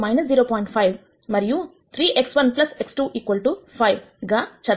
5 మరియు 3x1 x2 5 గా చదవాలి